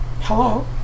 Hello